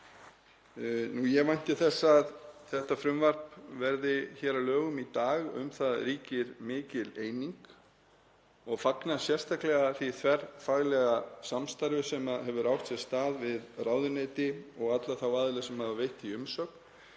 Ég vænti þess að þetta frumvarp verði að lögum í dag. Um það ríkir mikil eining og ég fagna sérstaklega því þverfaglega samstarfi sem hefur átt sér stað við ráðuneyti og alla þá aðila sem hafa veitt því umsögn